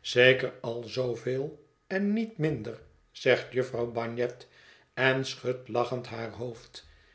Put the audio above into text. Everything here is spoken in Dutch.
zeker al zooveel en niet minder zegt jufvrouw bagnet en schudt lachend haar hoofd